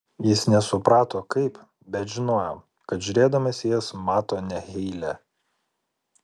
jis nesuprato kaip bet žinojo kad žiūrėdamas į jas mato ne heilę